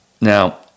Now